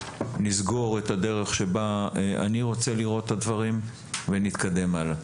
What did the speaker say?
נסגור את הדרך שבה אני רוצה לראות את הדברים ונתקדם הלאה.